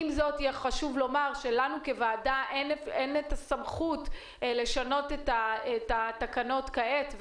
עם זאת חשוב לומר שלנו כוועדה אין את הסמכות לשנות את התקנות כעת,